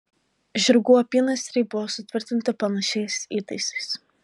žirgų apynasriai buvo sutvirtinti panašiais įtaisais